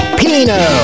pino